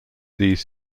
these